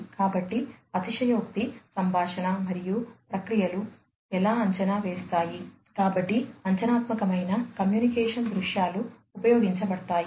కాబట్టి అతిశయోక్తి సంభాషణ మరియు ప్రక్రియలు ఎలా అంచనా వేస్తాయి కాబట్టి అంచనాత్మకతమైన కమ్యూనికేషన్ దృశ్యాలు ఉపయోగించబడతాయి